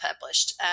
published